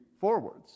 forwards